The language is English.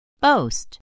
Boast